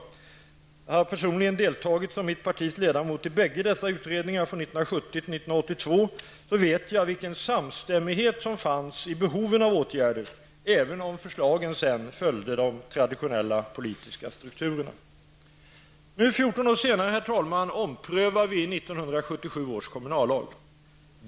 Eftersom jag personligen deltog som mitt partis ledamot i bägge dessa utredningar, 1970--1982, vet jag vilken samstämmighet det fanns i behoven av åtgärder även om förslagen följde de traditionella politiska strukturerna. Nu 14 år senare omprövar vi 1977 års kommunallag.